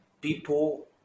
people